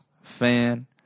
fan